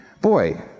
Boy